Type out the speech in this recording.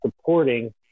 supporting